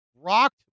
rocked